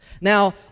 Now